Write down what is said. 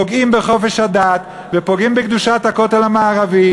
פוגעים בחופש הדת ופוגעים בקדושת הכותל המערבי,